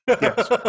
yes